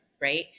right